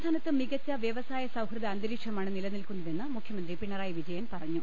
സംസ്ഥാനത്ത് മികച്ച വ്യവസായ സൌഹൃദ അന്തരീക്ഷമാണ് നിലനിൽക്കുന്നതെന്ന് മുഖ്യമന്ത്രി പിണ്റായി വിജയൻ പറഞ്ഞു